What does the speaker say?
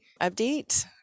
update